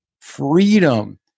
freedom